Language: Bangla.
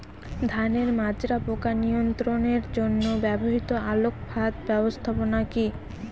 ধানের মাজরা পোকা নিয়ন্ত্রণের জন্য ব্যবহৃত আলোক ফাঁদ ব্যবস্থাপনা কি?